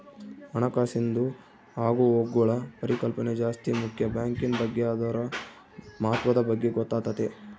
ಹಣಕಾಸಿಂದು ಆಗುಹೋಗ್ಗುಳ ಪರಿಕಲ್ಪನೆ ಜಾಸ್ತಿ ಮುಕ್ಯ ಬ್ಯಾಂಕಿನ್ ಬಗ್ಗೆ ಅದುರ ಮಹತ್ವದ ಬಗ್ಗೆ ಗೊತ್ತಾತತೆ